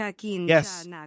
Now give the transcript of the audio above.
Yes